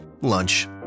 Lunch